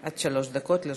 עד שלוש דקות לרשותך.